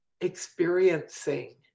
experiencing